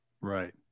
Right